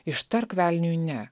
ištark velniui ne